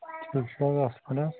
تُہۍ چھِوا اَصٕل پٲٹھۍ حظ